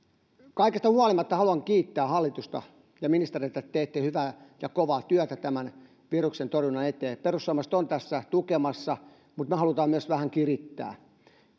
kaikesta huolimatta haluan kiittää hallitusta ja ministereitä että teette hyvää ja kovaa työtä tämän viruksen torjunnan eteen perussuomalaiset ovat tässä tukemassa mutta me haluamme myös vähän kirittää